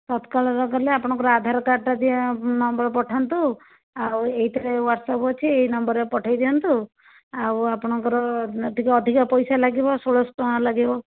ତତ୍କାଳ ରେ କଲେ ଆପଣଙ୍କର ଆଧାର କାର୍ଡଟା ନମ୍ବର ପଠାନ୍ତୁ ଆଉ ଏଇଥିରେ ୱାଟସଆପ ଅଛି ଏଇ ନମ୍ବର ପଠେଇ ଦିଅନ୍ତୁ ଆଉ ଆପଣଙ୍କର ଟିକେ ଅଧିକା ପଇସା ଲାଗିବ ଷୋଳଶହ ଟଙ୍କା ଲାଗିବ